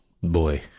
boy